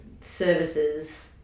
services